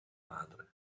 madre